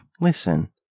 listen